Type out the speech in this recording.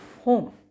home